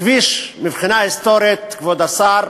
הכביש, מבחינה היסטורית, כבוד השר,